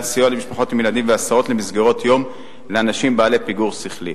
סיוע למשפחות עם ילדים והסעות למסגרות יום לאנשים בעלי פיגור שכלי,